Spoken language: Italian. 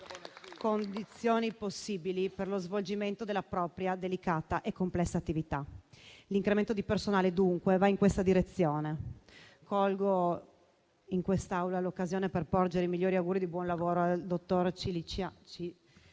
condizioni possibili per lo svolgimento della propria delicata e complessa attività. L'incremento di personale, dunque, va in questa direzione. Colgo in quest'Aula l'occasione per porgere i migliori auguri di buon lavoro al dottor Ciciliano,